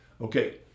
Okay